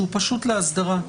שהוא פשוט להסדרה,